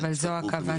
אבל זו הכוונה.